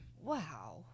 wow